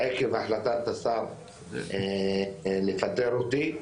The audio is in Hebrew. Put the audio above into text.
עקב החלטת השר לפטר אותי,